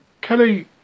Kelly